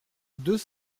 deux